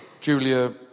Julia